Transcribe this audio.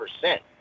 percent